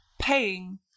paying